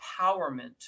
empowerment